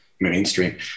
mainstream